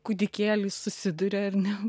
kūdikėlis susiduria ar ne